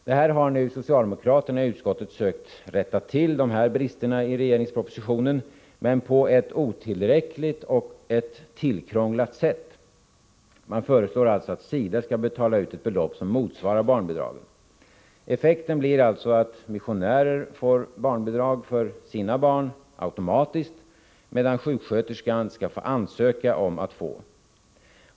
De här bristerna i regeringspropositionen har socialdemokraterna i utskottet nu sökt rätta till men på ett otillräckligt och tillkrånglat sätt. Man föreslår att SIDA skall betala ut ett belopp som motsvarar barnbidraget. Effekten blir alltså att missionären får barnbidrag för sina barn automatiskt, medan sjuksköterskan skall ansöka om att få bidraget.